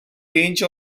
range